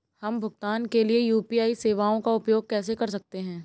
हम भुगतान के लिए यू.पी.आई सेवाओं का उपयोग कैसे कर सकते हैं?